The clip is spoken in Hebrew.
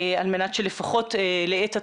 על מנת שלפחות לעת עתה,